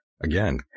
again